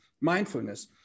mindfulness